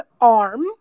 arm